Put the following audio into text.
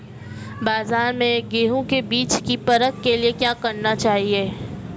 बाज़ार में गेहूँ के बीज की परख के लिए क्या करना चाहिए?